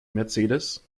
mercedes